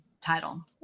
title